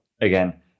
again